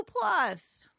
Plus